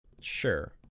Sure